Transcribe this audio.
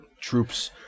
troops